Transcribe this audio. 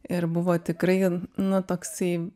ir buvo tikrai nu toksai